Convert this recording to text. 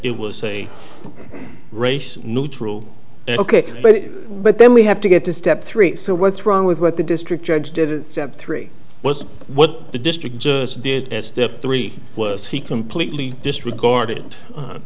it was a race neutral ok but but then we have to get to step three so what's wrong with what the district judge did in step three was what the district judge did step three was he completely disregarded